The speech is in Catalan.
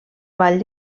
ball